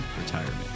retirement